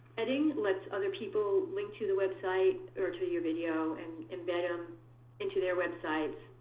editing lets other people link to the website or to your video and embed them into their website.